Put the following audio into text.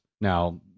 now